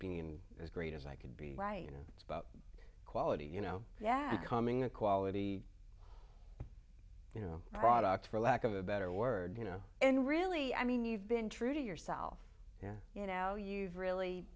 being as great as i could be right you know it's about quality you know yeah becoming a quality you know product for lack of a better word you know and really i mean you've been true to yourself yeah you know you've really